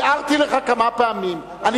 הערתי לך כמה פעמים, רק שאלתי.